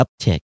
uptick